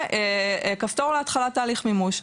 וכפתור להתחלת תהליך מימוש.